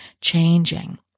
changing